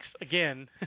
Again